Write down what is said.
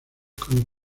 como